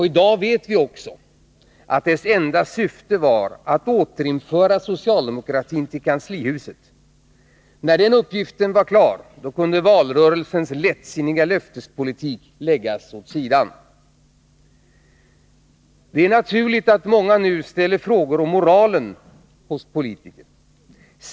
I dag vet vi också att dess enda syfte var att återföra socialdemokratin till kanslihuset. När den uppgiften var klar, kunde valrörelsens lättsinniga löftespolitik läggas åt sidan. Det är naturligt att många nu ställer frågor om moralen hos politiker.